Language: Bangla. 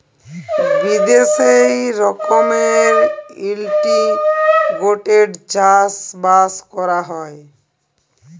বিদ্যাশে ই রকমের ইলটিগ্রেটেড চাষ বাস ক্যরা হ্যয়